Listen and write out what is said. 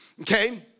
okay